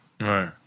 right